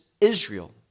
israel